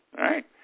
right